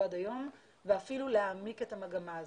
עד היום ואפילו להעמיק את המגמה הזאת.